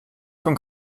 von